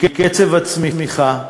מקצב הצמיחה,